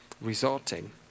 resulting